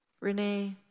Renee